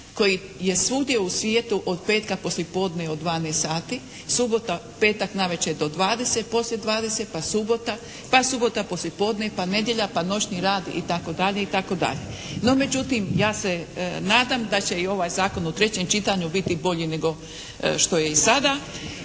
koji je svugdje u svijetu od petka poslijepodne od 12 sati, subota, petak na večer do 20, poslije 20, pa subota, pa subota poslije podne, pa nedjelja, pa noćni rad itd. itd. No, međutim, ja se nadam da će i ovaj zakon u trećem čitanju biti bolji nego što je i sada